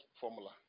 formula